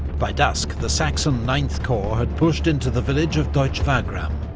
by dusk the saxon ninth corps had pushed into the village of deutsche-wagram.